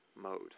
mode